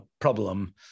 problem